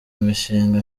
mishinga